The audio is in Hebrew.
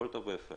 הכול טוב ויפה